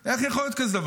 איך יכול להיות דבר כזה?